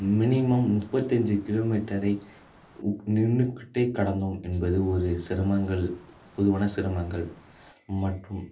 minimum முப்பத்தஞ்சு கிலோமீட்டரை நின்றுக்கிட்டே கடந்தோம் என்பது ஒரு சிரமங்கள் பொதுவான சிரமங்கள் மற்றும்